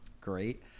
great